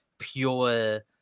Pure